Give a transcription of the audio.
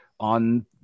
on